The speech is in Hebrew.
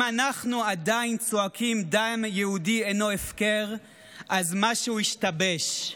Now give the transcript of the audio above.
אם אנחנו עדיין צועקים "דם יהודי אינו הפקר" אז משהו השתבש.